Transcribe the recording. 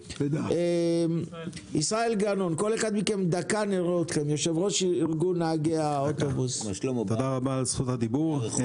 ישראל גנון, יושב ראש ארגון נהגי האוטובוס, בבקשה.